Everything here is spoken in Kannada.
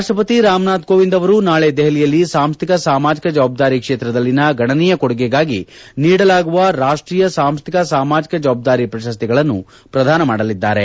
ರಾಷ್ಷಪತಿ ರಾಮನಾಥ್ ಕೋವಿಂದ್ ಅವರು ನಾಳಿ ದೆಹಲಿಯಲ್ಲಿ ಸಾಂಸ್ಲಿಕ ಸಾಮಾಜಿಕ ಜವಾಬ್ದಾರಿ ಕ್ಷೇತ್ರದಲ್ಲಿನ ಗಣನೀಯ ಕೊಡುಗೆಗಾಗಿ ನೀಡಲಾಗುವ ರಾಷ್ಷೀಯ ಸಾಂಸ್ಲಿಕ ಸಾಮಾಜಿಕ ಜವಾಬ್ಗಾರಿ ಪ್ರಶಸ್ತಿಗಳನ್ನು ಪ್ರದಾನ ಮಾಡಲಿದ್ದಾರೆ